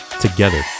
together